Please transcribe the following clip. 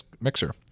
mixer